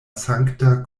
sankta